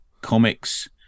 comics